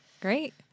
Great